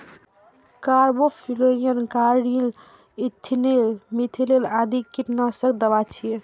carbofuran, carbaryl, ethylene, methylene आदि कीटनाशक दवा छियै